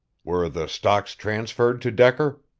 were the stocks transferred to decker?